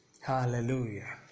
Hallelujah